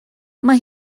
mae